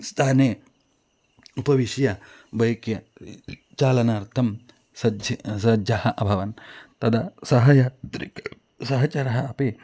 स्थाने उपविश्य बैक् य चालनार्थं सज्झि सज्जः अभवन् तदा सहयात्रिकः सहचरः अपि